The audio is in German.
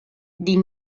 die